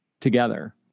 together